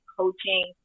coaching